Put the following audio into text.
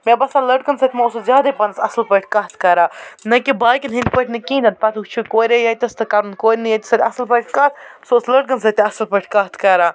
مےٚ باسان لَڑکَن سۭتۍ ما اوس سُہ زیادٕے پہنَس اَصٕل پٲٹھۍ کَتھ کران نہٕ کہ باقٕیَن ہِنٛدۍ پٲٹھۍ نہٕ کِہیٖنۍ نَن پَتہٕ وٕچھ کوٚرے ییٚتَس تہٕ کَرُن کورِنٕے یوت سۭتۍ اَصٕل پٲٹھۍ کَتھ سُہ اوس لٔڑکَن سۭتۍ تہِ اَصٕل پٲٹھۍ کَتھ کران